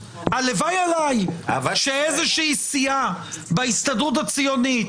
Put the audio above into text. הלוואי עלי שאיזושהי סיעה בהסתדרות הציוניות